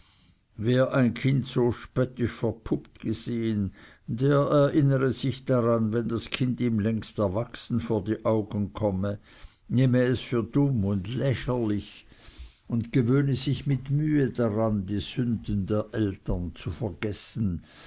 wer ein kind so spöttisch verpuppt gesehen der erinnere sich daran wenn das kind ihm längst erwachsen vor die augen komme nehme es für dumm und lächerlich und gewöhne sich mit mühe daran die sünden der eltern zu vergessen